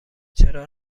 چرا